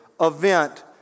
event